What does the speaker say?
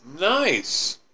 Nice